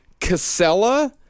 Casella